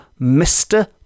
Mr